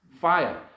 fire